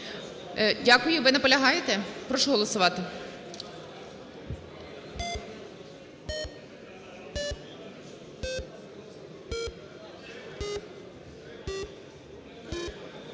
Дякую. Ви наполягаєте? Прошу голосувати.